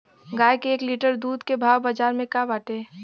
गाय के एक लीटर दूध के भाव बाजार में का बाटे?